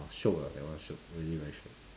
shiok ah that one shiok really very shiok